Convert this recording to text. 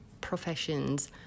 professions